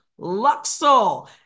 Luxol